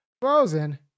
Frozen